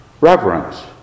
reverence